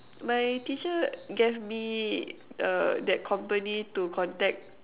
my teacher gave me uh that company to contact